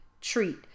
treat